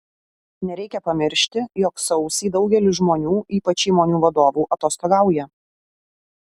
nereikia pamiršti jog sausį daugelis žmonių ypač įmonių vadovų atostogauja